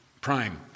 Prime